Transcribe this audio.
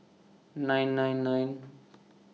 nine nine nine